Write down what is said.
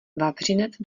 vavřinec